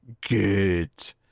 good